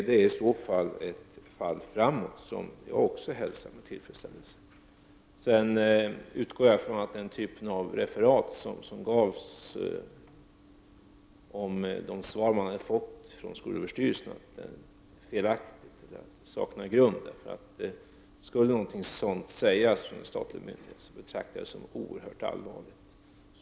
Det är i så fall ett fall framåt, och det hälsar jag med tillfredsställelse. Jag utgår från att den typ av referat som här gavs av de svar som eleverna har fått från skolöverstyrelsen är felaktiga och saknar grund. Skulle något sådant ha sagts från statlig myndighet betraktar jag det som oerhört allvarligt.